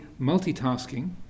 multitasking